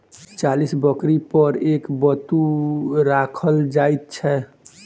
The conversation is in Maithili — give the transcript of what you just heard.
चालीस बकरी पर एक बत्तू राखल जाइत छै